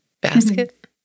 Basket